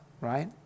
right